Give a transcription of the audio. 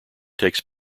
takes